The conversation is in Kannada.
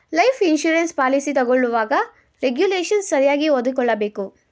ಲೈಫ್ ಇನ್ಸೂರೆನ್ಸ್ ಪಾಲಿಸಿ ತಗೊಳ್ಳುವಾಗ ರೆಗುಲೇಶನ್ ಸರಿಯಾಗಿ ಓದಿಕೊಳ್ಳಬೇಕು